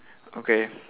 okay